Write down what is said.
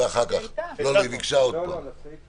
אנחנו מצטרפים